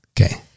Okay